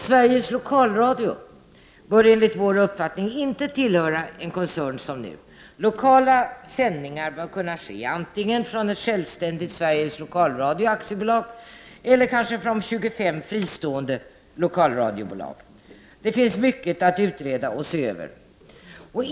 Sveriges Lokalradio bör enligt vår uppfattning inte tillhöra en koncern som nu. Lokala sändningar bör kunna ske från antingen ett självständigt Sveriges Lokalradio AB eller kanske från 25 fristående lokalradiobolag. Det finns mycket att utreda och se över.